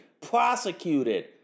prosecuted